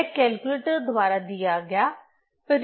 यह कैलकुलेटर द्वारा दिया गया परिणाम है